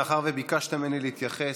מאחר שביקשת ממני להתייחס,